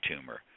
tumor